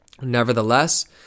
Nevertheless